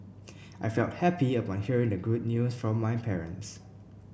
I felt happy upon hearing the good news from my parents